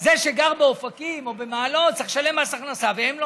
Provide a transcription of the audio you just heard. זה שגר באופקים או במעלות צריך לשלם מס הכנסה והם לא?